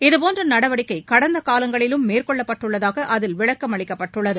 இதபோன்ற நடவடிக்கை கடந்த காலங்களிலும் மேற்கொள்ளப்பட்டுள்ளதாக அதில் விளக்கம் அளிக்கப்பட்டுள்ளது